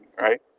right